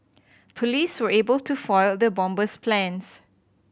police were able to foil the bomber's plans